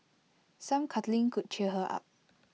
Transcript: some cuddling could cheer her up